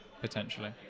potentially